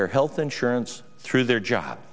their health insurance through their job